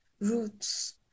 roots